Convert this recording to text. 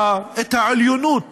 את העליונות